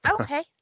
Okay